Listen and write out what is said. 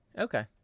Okay